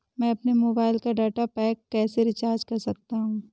मैं अपने मोबाइल का डाटा पैक कैसे रीचार्ज कर सकता हूँ?